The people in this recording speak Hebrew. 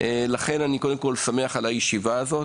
לכן אני שמח על קיום הישיבה הזאת.